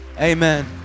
amen